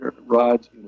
rides